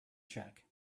check